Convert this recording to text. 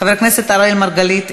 חבר הכנסת אראל מרגלית,